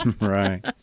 Right